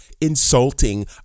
insulting